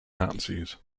nazis